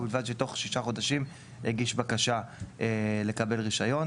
ובלבד שבתוך שישה חודשים הגיש בקשה לקבל רישיון.